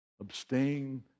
abstain